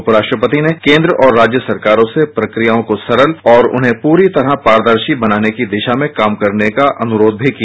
उपराष्ट्रपति ने केंन्द्र और राज्य सरकारों से प्रक्रियाओं को सरल और उन्हें पूरी तरह पारदर्शी बनाने की दिशा में काम करने का अनुरोध भी किया